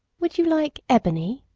would you like ebony?